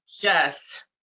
yes